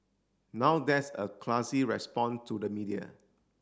now that's a classy respond to the media